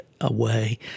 away